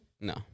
No